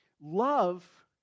love